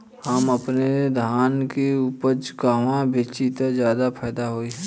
हम अपने धान के उपज कहवा बेंचि त ज्यादा फैदा होई?